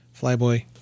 Flyboy